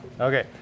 okay